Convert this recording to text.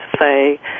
say